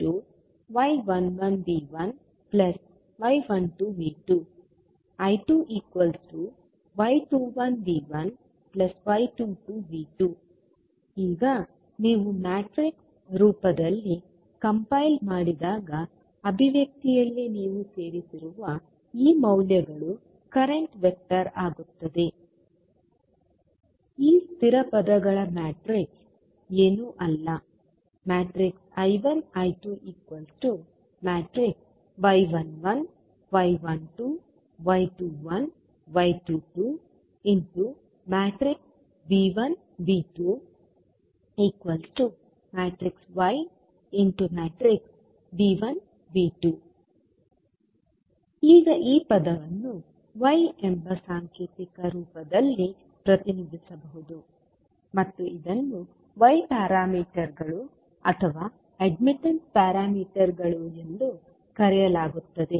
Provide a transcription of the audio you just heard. I1y11V1y12V2 I2y21V1y22V2 ಈಗ ನೀವು matrix ರೂಪದಲ್ಲಿ ಕಂಪೈಲ್ ಮಾಡಿದಾಗ ಅಭಿವ್ಯಕ್ತಿಯಲ್ಲಿ ನೀವು ಸೇರಿಸಿರುವ ಈ ಮೌಲ್ಯಗಳು ಕರೆಂಟ್ ವೆಕ್ಟರ್ ಆಗುತ್ತದೆ ಈ ಸ್ಥಿರ ಪದಗಳ ಮ್ಯಾಟ್ರಿಕ್ಸ್ ಏನೂ ಅಲ್ಲ I1 I2 y11 y12 y21 y22 V1 V2 yV1 V2 ಈಗ ಈ ಪದವನ್ನು Y ಎಂಬ ಸಾಂಕೇತಿಕ ರೂಪದಲ್ಲಿ ಪ್ರತಿನಿಧಿಸಬಹುದು ಮತ್ತು ಇದನ್ನು y ಪ್ಯಾರಾಮೀಟರ್ಗಳು ಅಥವಾ ಅಡ್ಮಿಟ್ಟನ್ಸ್ ಪ್ಯಾರಾಮೀಟರ್ಗಳು ಎಂದು ಕರೆಯಲಾಗುತ್ತದೆ